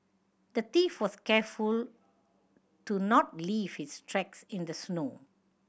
the thief was careful to not leave his tracks in the snow